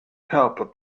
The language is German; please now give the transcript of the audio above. körper